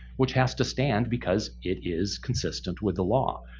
which has to stand because it is consistent with the law.